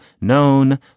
Known